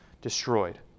destroyed